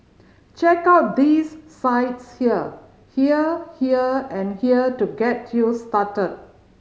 check out these sites here here here and here to get you started